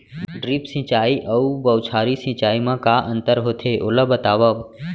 Drip सिंचाई अऊ बौछारी सिंचाई मा का अंतर होथे, ओला बतावव?